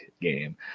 game